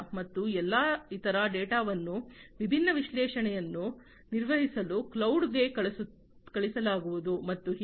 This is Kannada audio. ಮತ್ತು ಎಲ್ಲಾ ಇತರ ಡೇಟಾವನ್ನು ವಿಭಿನ್ನ ವಿಶ್ಲೇಷಣೆಯನ್ನು ನಿರ್ವಹಿಸಲು ಕ್ಲೌಡ್ಗೆ ಕಳುಹಿಸಲಾಗುವುದು ಮತ್ತು ಹೀಗೆ